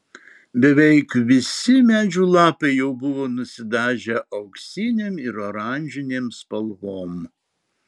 beveik visi medžių lapai jau buvo nusidažę auksinėm ir oranžinėm spalvom